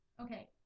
Okay